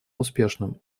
успешным